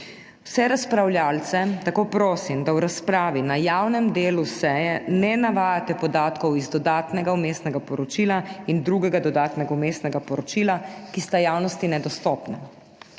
Vse razpravljavce tako prosim, da v razpravi na javnem delu seje ne navajate podatkov iz dodatnega vmesnega poročila in drugega dodatnega vmesnega poročila, ki sta javnosti nedostopni.